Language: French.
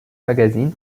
magazine